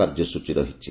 କାର୍ଯ୍ୟସୂଚୀ ରହିଛି